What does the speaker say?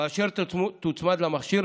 ואשר תוצמד למכשיר,